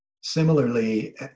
Similarly